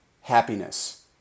happiness